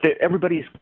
everybody's